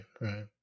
right